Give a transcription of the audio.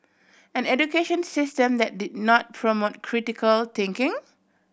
an education system that did not promote critical thinking